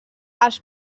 els